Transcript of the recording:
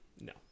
No